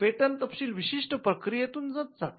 patent तपशील विशिष्ट प्रक्रियेतूनच जाते